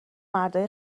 مردای